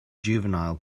juvenile